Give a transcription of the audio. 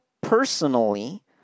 personally